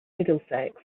middlesex